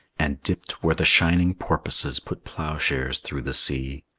and dipped where the shining porpoises put ploughshares through the sea.